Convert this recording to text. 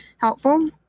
helpful